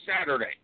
Saturday